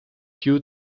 due